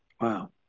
Wow